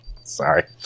Sorry